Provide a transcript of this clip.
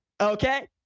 okay